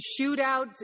shootout